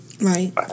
Right